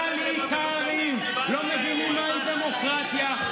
טוטליטריים, לא מבינים מהי דמוקרטיה.